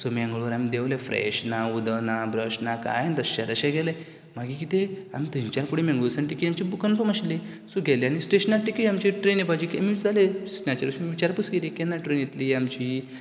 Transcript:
so Mangalore आमी देवले fresh ना उदक ना ब्रश ना कांय ना तश्श्या तशे गेले मागीर कितें आमी थंयच्यान फुडें मेंगळुरसान टिकेट आमची बूक कन्फर्म आशिल्ली सो गेले आमी स्टेशनार टिकेट आमची ट्रेन येवपाची विचारलें स्टेशनाचेर विचारपूस केली केन्ना ट्रेन येतली आमची